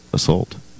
Assault